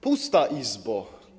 Pusta Izbo!